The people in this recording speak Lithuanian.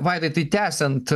vaidai tai tęsiant